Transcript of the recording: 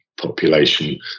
population